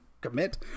commit